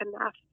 enough